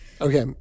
Okay